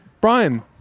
Brian